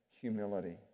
humility